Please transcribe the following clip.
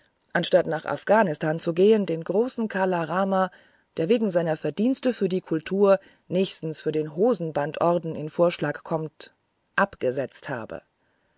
anstatt nach afghanistan zu gehen den großen kala rama der wegen seiner verdienste für die kultur nächstens für den hosenbandorden in vorschlag kommt abgesetzt habe